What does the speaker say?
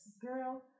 girl